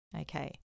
okay